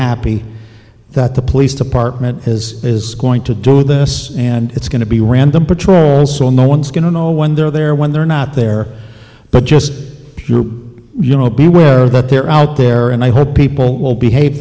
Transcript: happy that the police department is going to deal with this and it's going to be random patrols so no one's going to know when they're there when they're not there but just you know be aware that they're out there and i hope people will behave